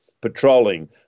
patrolling